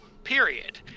period